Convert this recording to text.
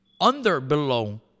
under-below